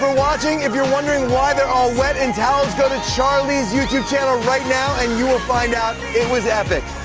watching. if you're wondering why they're all wet in towels, go to charli's youtube channel right now and you will find out, it was epic.